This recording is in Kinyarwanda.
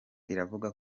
iravuga